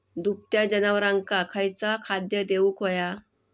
दुभत्या जनावरांका खयचा खाद्य देऊक व्हया?